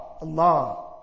Allah